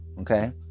Okay